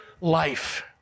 life